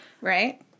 right